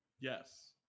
yes